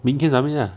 明天 submit ah